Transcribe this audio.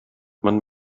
man